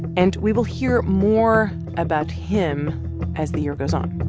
and we will hear more about him as the year goes on